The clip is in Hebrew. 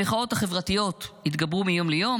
המחאות החברתיות התגברו מיום ליום,